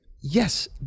Yes